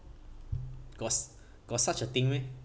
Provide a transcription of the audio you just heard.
got s~ got such a thing meh